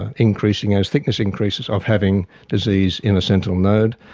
ah increasing as thickness increases, of having disease in a sentinel node,